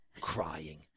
crying